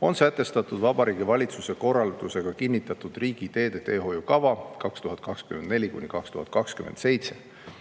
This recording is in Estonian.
on sätestatud Vabariigi Valitsuse korraldusega kinnitatud riigiteede teehoiukavas 2024–2027.